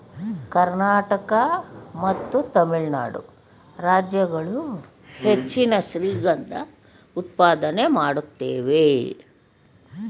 ಕರ್ನಾಟಕ ಮತ್ತು ತಮಿಳುನಾಡು ರಾಜ್ಯಗಳು ಹೆಚ್ಚಿನ ಶ್ರೀಗಂಧ ಉತ್ಪಾದನೆ ಮಾಡುತ್ತೇವೆ